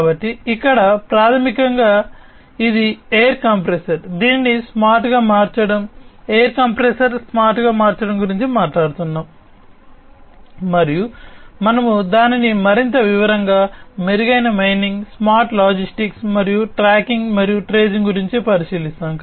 కాబట్టి ఇక్కడ ప్రాథమికంగా ఇది ఎయిర్ కంప్రెసర్ దీనిని స్మార్ట్ గా మార్చడం ఎయిర్ కంప్రెసర్ స్మార్ట్ గా మార్చడం గురించి మాట్లాడుతున్నాము మరియు మనము దానిని మరింత వివరంగా మెరుగైన మైనింగ్ స్మార్ట్ లాజిస్టిక్స్ మరియు ట్రాకింగ్ మరియు ట్రేసింగ్ గురించి పరిశీలిస్తాము